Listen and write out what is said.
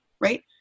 right